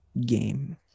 game